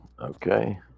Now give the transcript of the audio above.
Okay